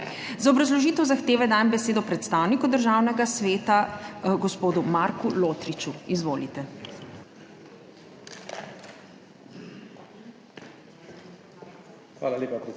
Za obrazložitev zahteve dajem besedo predstavniku Državnega sveta, gospodu Marku Lotriču. Izvolite. **MARKO